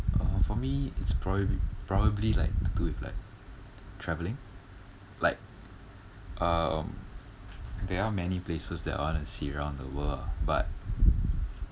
uh for me it's probably probably like to do with like travelling like um there are many places that I want to see around the world ah but